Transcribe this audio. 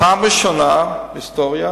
פעם ראשונה בהיסטוריה.